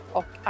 och